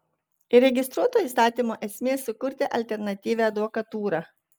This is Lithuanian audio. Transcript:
įregistruoto įstatymo esmė sukurti alternatyvią advokatūrą